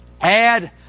Add